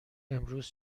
امروز